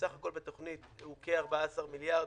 כשבסך הכול בתוכנית הוא כ-14 מיליארד,